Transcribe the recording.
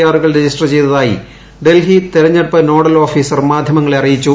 ആറുകൾ register ചെയ്തതായി ഡൽഹി തെരഞ്ഞെടുപ്പ് nodal officer മാധ്യമങ്ങളെ അറിയിച്ചു